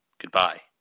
Goodbye